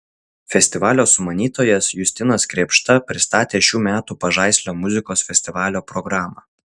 festivalio sumanytojas justinas krėpšta pristatė šių metų pažaislio muzikos festivalio programą